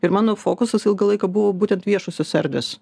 ir mano fokusas ilgą laiką buvo būtent viešosios erdvės